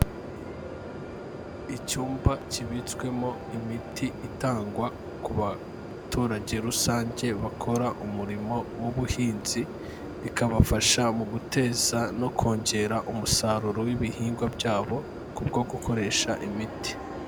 Icyumba kibitswemo imiti itangwa ku baturage rusange bakora umurimo w'ubuhinzi, bikabafasha mu guteza no kongera umusaruro w'ibihingwa byabo kubwo gukoresha imiti.